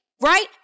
right